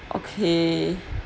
okay